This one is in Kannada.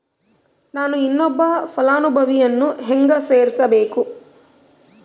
ನಾನು ಇನ್ನೊಬ್ಬ ಫಲಾನುಭವಿಯನ್ನು ಹೆಂಗ ಸೇರಿಸಬೇಕು?